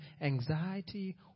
anxiety